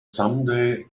someday